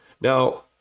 Now